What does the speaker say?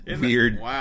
Weird